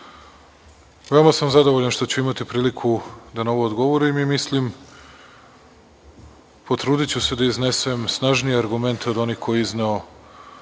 veoma sam zadovoljan što ću imati priliku da na ovo odgovorim i mislim, potrudiću se da iznesem snažnije argumente od onih koje je izneo